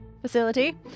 facility